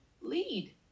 lead